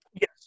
Yes